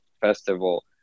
festival